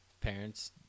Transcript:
Parents